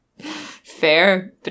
fair